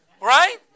Right